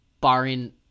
barring